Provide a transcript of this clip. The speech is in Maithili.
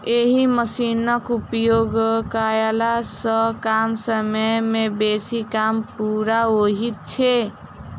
एहि मशीनक उपयोग कयला सॅ कम समय मे बेसी काम पूरा होइत छै